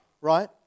right